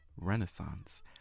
Renaissance